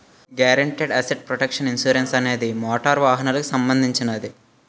guaranteed asset protection insurance అనేది motor వాహనాలకు సంబంధించినది